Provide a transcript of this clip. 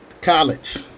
college